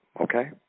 okay